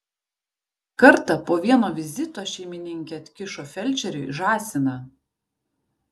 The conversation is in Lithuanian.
kartą po vieno vizito šeimininkė atkišo felčeriui žąsiną